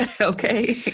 Okay